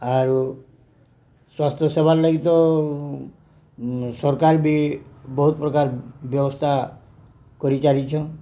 ଆଉ ସ୍ୱାସ୍ଥ୍ୟ ସେବାର୍ ଲାଗି ତ ସରକାର ବି ବହୁତ ପ୍ରକାର ବ୍ୟବସ୍ଥା କରି ଚାଲିଛନ୍